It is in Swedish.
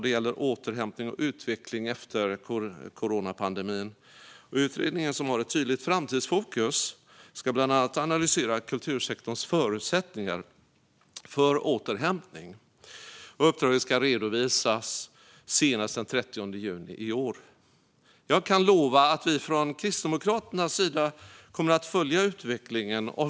Det gäller återhämtning och utveckling efter coronapandemin. Utredningen, som har ett tydligt framtidsfokus, ska bland annat analysera kultursektorns förutsättningar för återhämtning. Uppdraget ska redovisas senast den 30 juni i år. Jag kan lova att vi från Kristdemokraternas sida kommer att följa utvecklingen.